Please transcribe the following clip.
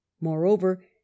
Moreover